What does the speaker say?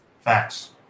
Facts